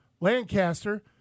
Lancaster